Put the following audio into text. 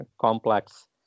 complex